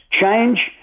change